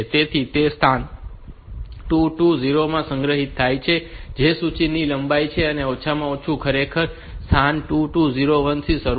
તેથી તે સ્થાન 2 2 0 0 માં સંગ્રહિત થાય છે જે સૂચિની લંબાઈ છે અને ઓછામાં ઓછું ખરેખર સ્થાન 2201 થી શરૂ થાય છે